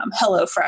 HelloFresh